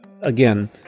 again